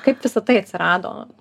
kaip visa tai atsirado